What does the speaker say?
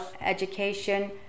education